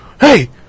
hey